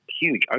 huge